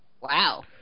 wow